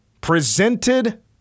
presented